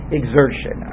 exertion